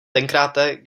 tenkráte